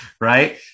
Right